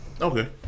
okay